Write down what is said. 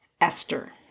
Esther